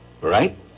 Right